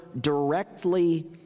directly